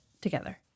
together